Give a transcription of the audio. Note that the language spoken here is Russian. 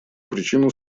причину